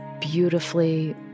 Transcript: beautifully